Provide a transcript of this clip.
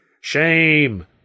Shame